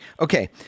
Okay